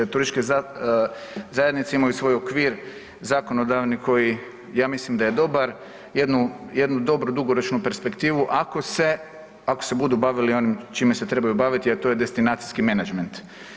Turističke zajednice imaju svoj okvir zakonodavni koji ja mislim da je dobar, jednu, jednu dobru dugoročnu perspektivu ako se, ako se budu baviti onim čime se trebaju baviti, a to je destinacijski menadžment.